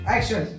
Action